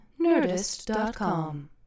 Nerdist.com